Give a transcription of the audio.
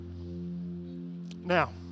Now